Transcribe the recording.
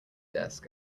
desk